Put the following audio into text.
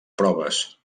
proves